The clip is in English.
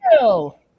no